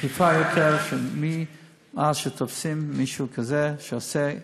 מהרגע שתופסים מישהו כזה שעושה,